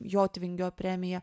jotvingio premija